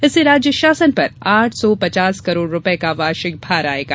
इससे राज्य शासन पर आठ सौ पचास करोड़ रुपये का वार्षिक भार आयेगा